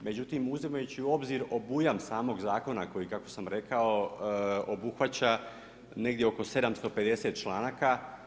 Međutim, uzimajući u obzir obujam samog zakona kako sam rekao obuhvaća negdje oko 750 članaka.